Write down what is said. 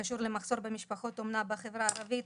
קשור למחסור במשפחות אומנה בחברה הערבית,